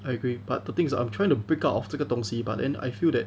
I agree but the thing is I'm trying to pick out of 这个东西 but then I feel that